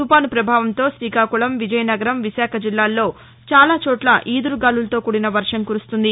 తుపాను పభావంతో శ్రీకాకుళం విజయనగరం విశాఖ జిల్లాలలో చాలా చోట్ల ఈదురు గాలులతో కూడిన వర్షం కురుస్తోంది